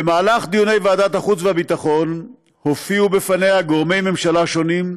במהלך דיוני ועדת החוץ והביטחון הופיעו לפניה גורמי ממשלה שונים.